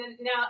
now